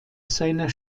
seiner